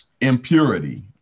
impurity